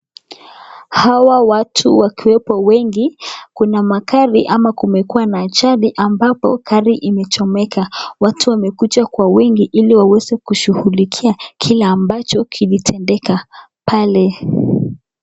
Hawa watu wakiwepo wengi, kuna makari ama kumekua na achali ambapo gari imechomeka, watu wamekuja kwa wingi ili waweze kushugulikia kile ambacho kilitendeka, pale.